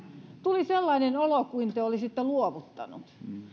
tuli sellainen olo kuin te olisitte luovuttanut